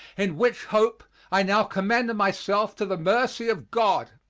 in which hope i now commend myself to the mercy of god.